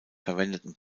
verwendeten